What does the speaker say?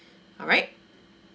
alright